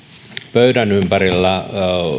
pöydän ympärillä